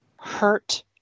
hurt